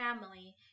family